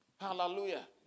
Hallelujah